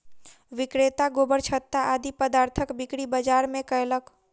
विक्रेता गोबरछत्ता आदि पदार्थक बिक्री बाजार मे कयलक